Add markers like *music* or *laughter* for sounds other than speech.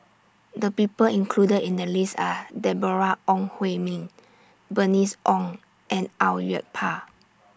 The People included in The list Are Deborah Ong Hui Min Bernice Ong and Au Yue Pak *noise*